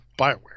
Bioware